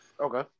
Okay